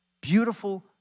beautiful